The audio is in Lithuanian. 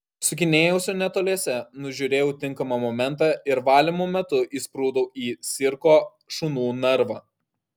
sukinėjausi netoliese nužiūrėjau tinkamą momentą ir valymo metu įsprūdau į cirko šunų narvą